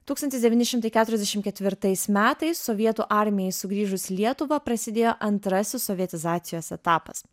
tūkstantis devyni šimtai keturiasdešimt ketvirtais metais sovietų armijai sugrįžus į lietuvą prasidėjo antrasis sovietizacijos etapas